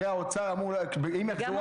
הרי האוצר אמור אם יסגרו על